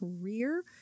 career